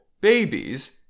babies